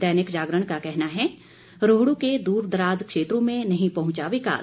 दैनिक जागरण का कहना है रोहड्र के द्रदराज क्षेत्रों में नहीं पहुंचा विकास